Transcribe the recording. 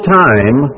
time